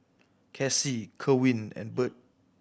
Cassie Kerwin and Birt